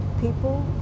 People